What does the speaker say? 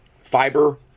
fiber